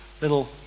little